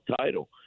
title